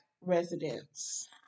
residents